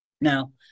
Now –